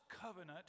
covenant